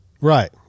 Right